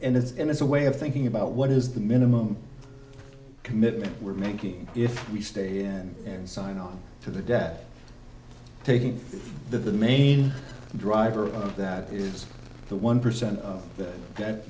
and it's and it's a way of thinking about what is the minimum commitment we're making if we stay here and sign on to the debt taking the main driver up that is the one percent that